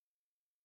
n'umuhondo.